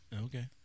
Okay